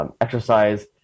Exercise